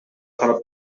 карап